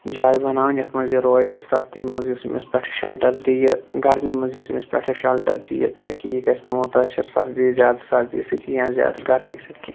جاے بناوٕنۍ یتھ منٛز یہِ روزِ سردی منٛز یُس أمِس پٮ۪ٹھٕ شلٹر دِیہِ گرمی منٛز یُس أمِس پٮ۪ٹھٕ شلٹر دِیہِ تاکہِ یہِ گژھِ نہٕ مُتٲثر سردی زیادٕ سردی سۭتۍ کیںٛہہ زیادٕ گرمی سۭتۍ کینٛہہ